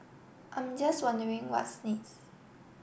I'm just wondering what's this